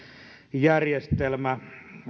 järjestelmä